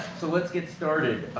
so let's get started.